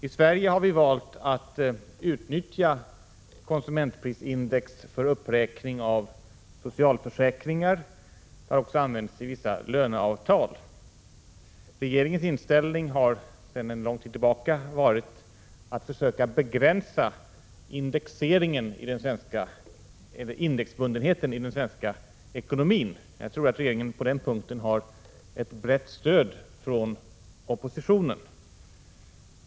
I Sverige har vi valt att utnyttja konsumentprisindex för uppräkning av Prot. 1986/87:29 = socialförsäkringar och till vissa löneavtal. Regeringens inställning har sedan 19 november 1986 lång tid tillbaka varit att försöka begränsa indexbundenheten i den svenska ir ma. —— ekonomin — jag tror att regeringen på den punkten har ett brett stöd från oppositionen.